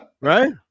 Right